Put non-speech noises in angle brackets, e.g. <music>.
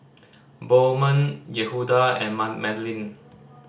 Bowman Yehuda and <unintelligible> Madlyn